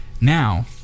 Now